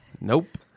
Nope